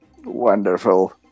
Wonderful